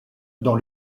dans